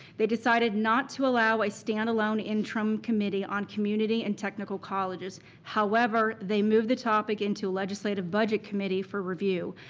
they decided not to allow a standalone interim committee on community and technical colleges, however, they moved the topic into a legislative budget committee for review.